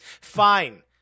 Fine